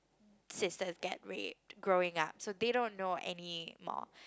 sister get raped growing up so they don't know anymore